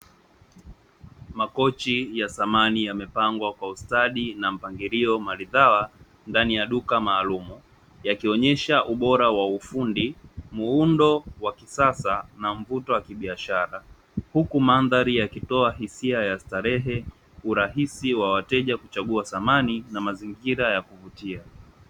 Makochi ya samani yamepangwa kwa ustadi na mpangilio maridhawa ndani ya duka maalumu, yakionyesha ubora wa ufundi z muundo wa kisasa na mvuto wa kibiashara huku mandhari yakitoa hisia ya starehe, urahisi wa wateja kuchagua samani na mazingira ya kuvutia.